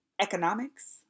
economics